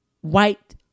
white